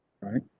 right